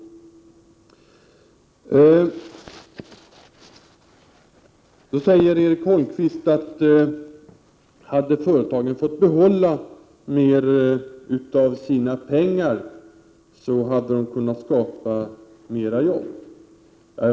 Vidare säger Erik Holmkvist att hade företagen fått behålla mer av sina pengar så hade de kunnat skapa flera jobb.